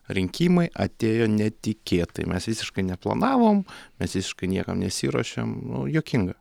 rinkimai atėjo netikėtai mes visiškai neplanavom mes visiškai niekam nesiruošėm nu juokinga